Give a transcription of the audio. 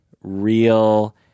real